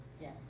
Yes